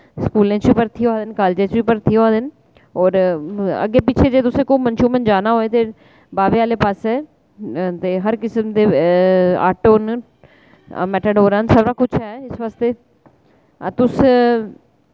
स्कूलें च भर्ती होआ दे न कालेजें च बी भर्ती होआ दे न और अग्गें पिच्छें जे तुसें घुम्मन शुम्मन जाना होए ते बाह्वे आह्ले पास्सै ते हर किस्म दे आटो न मैटाडोरां न सब किश है इस आस्तै तुस